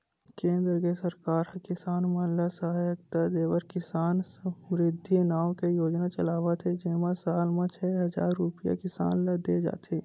केंद्र के सरकार ह किसान मन ल सहायता देबर किसान समरिद्धि नाव के योजना चलावत हे जेमा साल म छै हजार रूपिया किसान ल दे जाथे